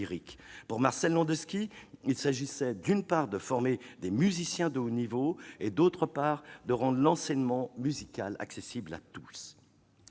Pour Marcel Landowski, il s'agissait, d'une part, de « former des musiciens de haut niveau » et, d'autre part, de « rendre l'enseignement musical accessible à tous